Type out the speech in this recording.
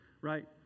right